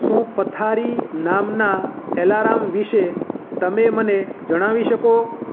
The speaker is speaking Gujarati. શું પથારી નામનાં એલારામ વિશે તમે મને જણાવી શકો